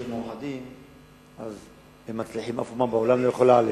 כשהם מאוחדים הם מצליחים ואף מדינה בעולם לא יכולה עליהם.